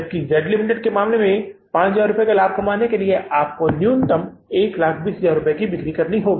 जबकि Z limited के मामले में कि 5000 रुपये का लाभ प्राप्त करने के लिए तब हमें बिक्री की न्यूनतम राशि 120000 रुपये होने वाली है